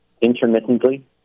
intermittently